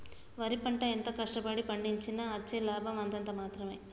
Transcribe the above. వరి పంట ఎంత కష్ట పడి పండించినా అచ్చే లాభం అంతంత మాత్రవే